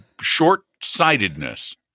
short-sightedness